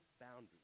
boundaries